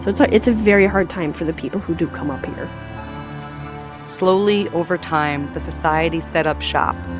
but so it's a very hard time for the people who do come up here slowly over time, the society set up shop.